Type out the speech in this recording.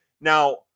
Now